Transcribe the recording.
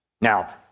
Now